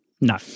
No